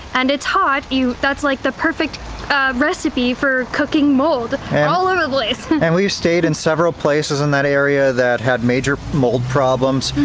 and it's hot, that's like the perfect recipe for cooking mold all over the place. and we've stayed in several places in that area that had major mold problems,